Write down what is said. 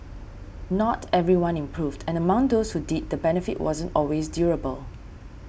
not everyone improved and among those who did the benefit wasn't always durable